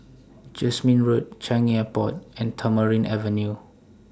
Jasmine Road Changi Airport and Tamarind Avenue